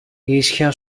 ίσια